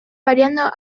variando